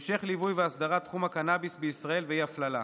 המשך ליווי ואסדרת תחום הקנביס בישראל ואי-הפללה.